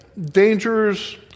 dangers